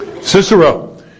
Cicero